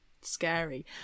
scary